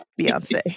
Beyonce